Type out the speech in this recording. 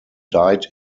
died